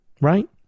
Right